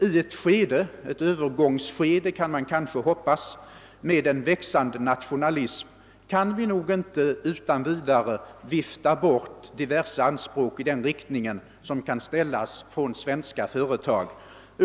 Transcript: I ett skede — vi kan ju hoppas att det är ett övergångsskede — med växande nationalism kan vi inte utan vidare vifta bort de anspråk som kan ställas från svenska företag.